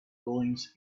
goings